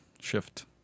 shift